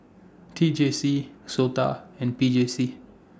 T J C Sota and P J C